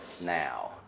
now